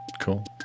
cool